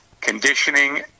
conditioning